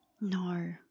no